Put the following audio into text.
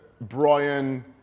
Brian